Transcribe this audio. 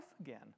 again